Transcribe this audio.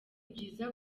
byiza